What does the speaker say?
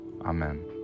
Amen